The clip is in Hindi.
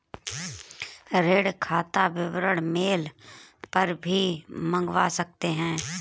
ऋण खाता विवरण मेल पर भी मंगवा सकते है